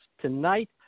tonight